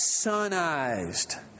sunized